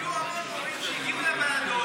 היו הרבה הורים שהגיעו לוועדות,